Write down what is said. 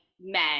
men